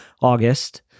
August